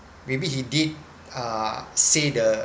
maybe he did uh say the